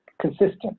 consistent